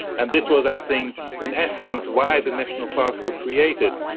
and this was i think in essence why the national parks were created.